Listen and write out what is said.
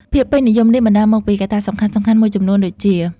ភាពពេញនិយមនេះបណ្ដាលមកពីកត្តាសំខាន់ៗមួយចំនួនដូចជា៖